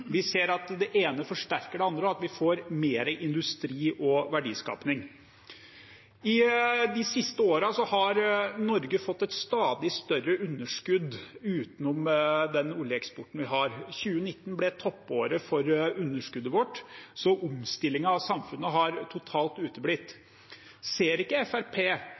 Vi ser at det ene forsterker det andre, og at vi får mer industri og verdiskaping. De siste årene har Norge fått et stadig større underskudd utenom den oljeeksporten vi har. 2019 ble toppåret for underskuddet, så omstillingen av samfunnet har totalt uteblitt. Ser ikke